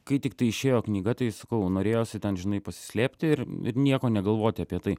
kai tiktai išėjo knyga tai sakau norėjosi ten žinai pasislėpti ir ir nieko negalvoti apie tai